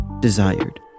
desired